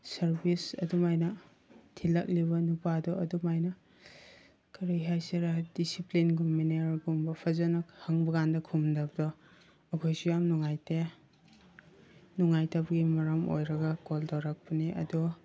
service ꯑꯗꯨꯃꯥꯏꯅ ꯊꯤꯜꯂꯛꯂꯤꯕ ꯅꯨꯄꯥꯗꯣ ꯑꯗꯨꯃꯥꯏꯅ ꯀꯔꯤ ꯍꯥꯏꯁꯤꯔꯥ ꯗꯤꯁꯤꯄ꯭ꯂꯤꯟꯒꯨꯝ ꯃꯦꯅꯔꯒꯨꯝꯕ ꯐꯖꯅ ꯍꯪꯕꯀꯥꯟꯗ ꯈꯨꯝꯗꯕꯗꯣ ꯑꯩꯈꯣꯏꯁꯨ ꯌꯥꯝ ꯅꯨꯡꯉꯥꯏꯇꯦ ꯅꯨꯡꯉꯥꯏꯇꯕꯒꯤ ꯃꯔꯝ ꯑꯣꯏꯔꯒ ꯀꯣꯜ ꯇꯧꯔꯛꯄꯅꯤ ꯑꯗꯣ